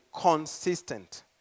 consistent